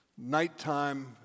Nighttime